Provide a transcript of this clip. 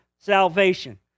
salvation